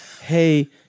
hey